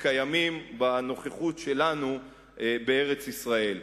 שקיימים בנוכחות שלנו בארץ-ישראל.